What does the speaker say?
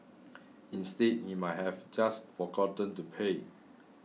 instead he might have just forgotten to pay